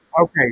Okay